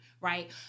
Right